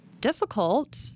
difficult